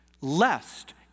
Lest